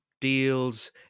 deals